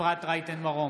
אפרת רייטן מרום,